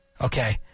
Okay